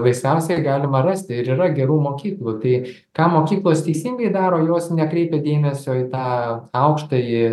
laisviausiai galima rasti ir yra gerų mokyklų tai ką mokyklos teisingai daro juos nekreipia dėmesio į tą aukštąjį